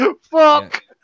Fuck